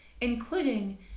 including